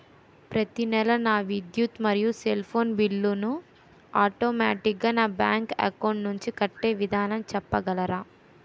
ప్రతి నెల నా విద్యుత్ మరియు సెల్ ఫోన్ బిల్లు ను ఆటోమేటిక్ గా నా బ్యాంక్ అకౌంట్ నుంచి కట్టే విధానం చెప్పగలరా?